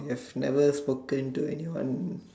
you have never spoken to anyone